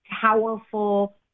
powerful